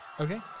okay